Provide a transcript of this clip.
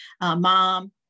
mom